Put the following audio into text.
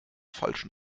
falschen